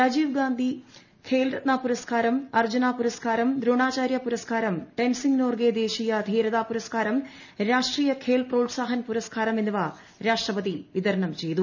രാജീവ് ഗാന്ധി ഖേൽരത്ന പുരസ്കാരം അർജുന പുരസ്കാരം ദ്രോണാചാര്യ പുരസ്കാരം ടെൻസിങ് നോർഗെ ദേശീയ ധീരതാ പുരസ്കാരം രാഷ്ട്രീയ ഖേൽ പ്രോത്സാഹൻ പുരസ്കാരം എന്നിവ രാഷ്ട്രപതി വിതരണം ചെയ്തു